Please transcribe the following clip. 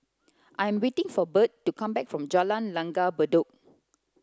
I am waiting for Bert to come back from Jalan Langgar Bedok